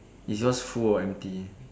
is yours full or empty